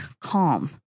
calm